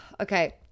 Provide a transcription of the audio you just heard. Okay